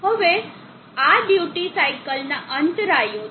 હવે આ ડ્યુટી સાઇકલના અંતરાયો છે